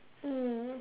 mm